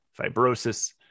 fibrosis